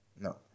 no